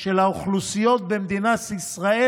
של האוכלוסיות במדינת ישראל,